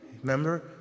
Remember